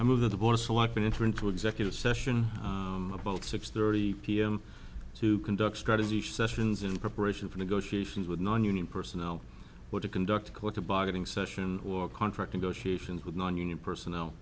a move that the board of selectmen enter into executive session about six thirty p m to conduct strategy sessions in preparation for negotiations with nonunion personnel to conduct a collective bargaining session or contract negotiations with non union personnel